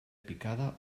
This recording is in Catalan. picada